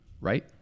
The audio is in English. right